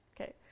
Okay